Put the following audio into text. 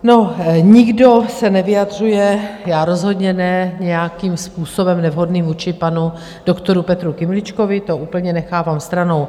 No, nikdo se nevyjadřuje, já rozhodně ne, nějakým způsobem nevhodným vůči panu doktoru Petru Kymličkovi, to úplně nechávám stranou.